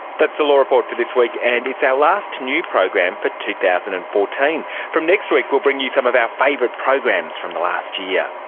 that's the law report for this week, and it's our last new program for two thousand and fourteen. from next week we'll bring you some of our favourite programs from the last year. yeah